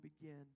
begin